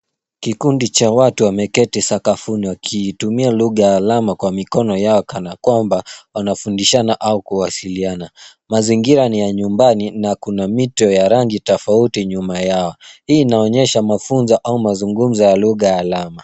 Kikundi cha watu wameketi sakafuni wakiitumia lugha ya alama kwa mikono yao kana kwamba wanafundishana au kuwasiliana. Mazingira ni ya nyumbani na kuna mito ya rangi tofauti nyuma yao. Hii inaonyesha mafunzo au mazungumzo ya lugha ya alama.